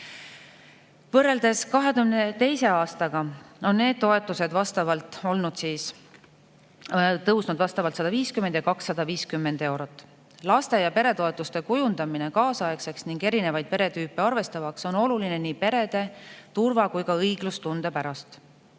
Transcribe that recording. Võrreldes 2022. aastaga on need toetused tõusnud vastavalt 150 ja 250 eurot. Lapse‑ ja peretoetuste kujundamine kaasaegseks ning eri peretüüpe arvestavaks on oluline perede nii turva‑ kui ka õiglustunde pärast.